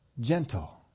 gentle